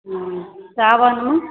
हॅं सावनमे